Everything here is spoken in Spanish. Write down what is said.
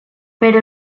pero